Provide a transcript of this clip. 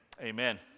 Amen